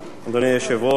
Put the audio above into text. אדוני היושב-ראש,